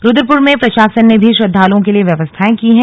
रुद्रपुर में प्रशासन ने भी श्रद्धालुओं के लिए व्यवस्थाएं की है